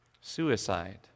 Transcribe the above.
Suicide